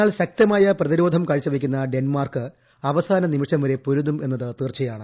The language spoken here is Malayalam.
എന്നാൽ ശക്തമായ പ്രതിഭ്രോധം കാഴ്ചവയ്ക്കുന്ന ഡെൻമാർക്ക് അവസാന നിമിഷം വര്ക്ക് പ്പൊരുതും എന്നത് തീർച്ചയാണ്